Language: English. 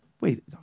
Wait